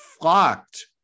flocked